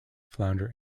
flounder